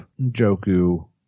Joku